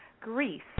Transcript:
Greece